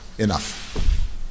enough